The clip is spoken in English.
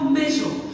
measure